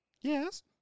yes